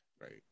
Right